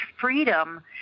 freedom